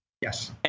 Yes